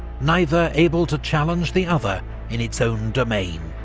neither able to challenge the other in its own domain.